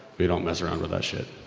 we don't mess around with that shit.